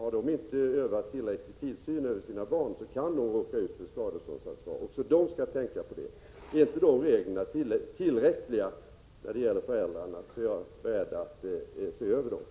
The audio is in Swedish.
Om de inte har tillräcklig tillsyn över sin barn kan de få skadeståndsskyldighet också. De skall tänka på detta. Är inte dessa regler tillräckliga, är jag beredd att se över dem.